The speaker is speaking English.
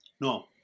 No